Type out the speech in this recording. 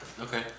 Okay